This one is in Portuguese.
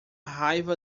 raiva